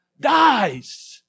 Dies